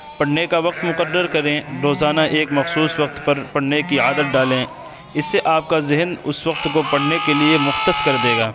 پڑھنے کا وقت مقرر کریں روزانہ ایک مخصوص وقت پر پڑھنے کی عادت ڈالیں اس سے آپ کا ذہن اس وقت کو پڑھنے کے لیے مختص کر دے گا